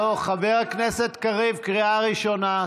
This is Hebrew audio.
לא, חבר הכנסת קריב, קריאה ראשונה.